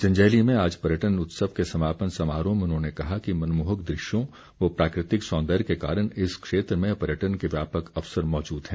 जंजैहली में आज पर्यटन उत्सव के समापन समारोह में उन्होंने कहा कि मनमोहक दृश्यों व प्राकृतिक सौदर्य के कारण इस क्षेत्र में पर्यटन के व्यापक अवसर मौजूद हैं